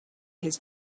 his